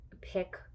pick